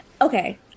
Okay